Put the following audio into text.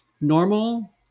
Normal